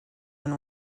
and